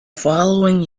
following